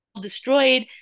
destroyed